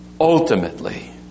ultimately